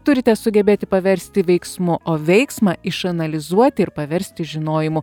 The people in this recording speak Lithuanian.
turite sugebėti paversti veiksmu o veiksmą išanalizuoti ir paversti žinojimu